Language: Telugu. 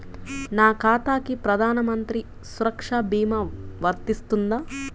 నా ఖాతాకి ప్రధాన మంత్రి సురక్ష భీమా వర్తిస్తుందా?